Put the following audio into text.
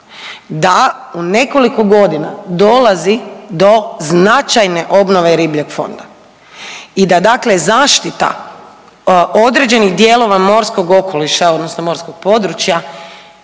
da u nekoliko godina dolazi do značajne obnove ribljeg fonda i da dakle zaštita određenih dijelova morskog okoliša odnosno morskog područja